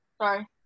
Sorry